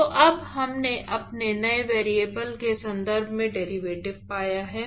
तो अब हमने अपने नए वेरिएबल के संदर्भ में डेरिवेटिव पाया है